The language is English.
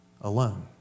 alone